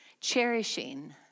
Cherishing